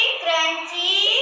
crunchy